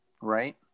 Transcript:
right